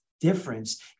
difference